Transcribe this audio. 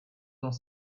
dans